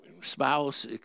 spouse